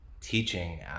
teaching